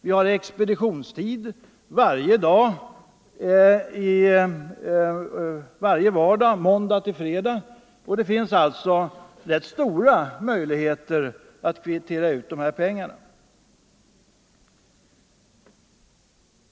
Vi har expeditionstid varje vecka måndag till fredag, och det finns alltså rätt stora möjligheter att kvittera ut dessa pengar.